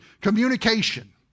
communication